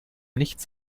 nichts